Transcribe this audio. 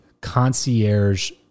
concierge